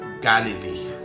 Galilee